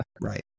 Right